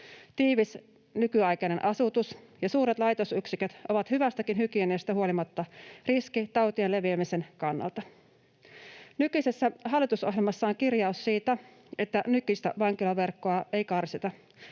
Tiivis, nykyaikainen asutus ja suuret laitosyksiköt ovat hyvästäkin hygieniasta huolimatta riski tautien leviämisen kannalta. Nykyisessä hallitusohjelmassa on kirjaus siitä, että nykyistä vankilaverkkoa ei karsita.